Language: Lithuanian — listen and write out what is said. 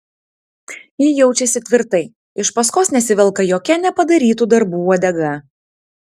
ji jaučiasi tvirtai iš paskos nesivelka jokia nepadarytų darbų uodega